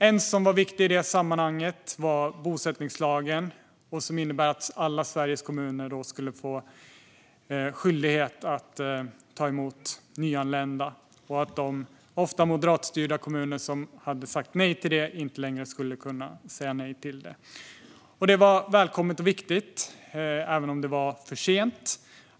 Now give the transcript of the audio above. En som var viktig i sammanhanget var bosättningslagen, som innebar att Sveriges kommuner skulle få skyldighet att ta emot nyanlända och att de ofta moderatstyrda kommuner som hade sagt nej till detta inte längre skulle kunna göra det. Detta var välkommet och viktigt, även om det var för sent.